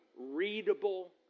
readable